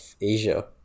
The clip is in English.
Asia